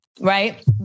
right